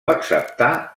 acceptà